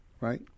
right